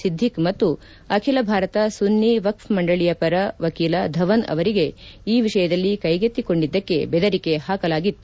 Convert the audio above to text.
ಸಿದ್ದೀಖ್ ಮತ್ತು ಅಖಿಲ ಭಾರತ ಸುನ್ನಿ ವಕ್ವ್ ಮಂಡಳಿಯ ಪರ ವಕೀಲ ಧವನ್ ಅವರಿಗೆ ಈ ವಿಷಯದಲ್ಲಿ ಕೈಗೆತ್ತಿಕೊಂಡಿದ್ದಕ್ಕೆ ಬೆದರಿಕೆ ಹಾಕಲಾಗಿತ್ತು